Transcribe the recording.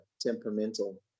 temperamental